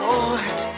Lord